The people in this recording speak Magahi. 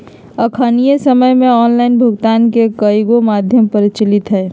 अखनिक समय में ऑनलाइन भुगतान के कयगो माध्यम प्रचलित हइ